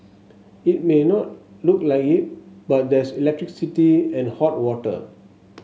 it may not look like it but there's electricity and hot water